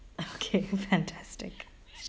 okay fantastic